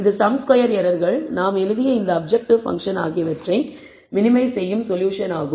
இது sum square எரர்கள் நாம் எழுதிய இந்த அப்ஜெக்டிவ் பங்க்ஷன் ஆகியவற்றைக் மினிமைஸ் செய்யும் சொல்யூஷன் ஆகும்